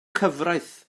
cyfraith